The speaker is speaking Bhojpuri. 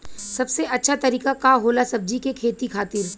सबसे अच्छा तरीका का होला सब्जी के खेती खातिर?